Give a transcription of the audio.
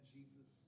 Jesus